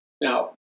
Now